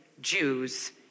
Jews